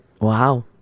Wow